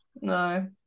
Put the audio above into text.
no